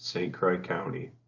st. croix county.